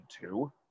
two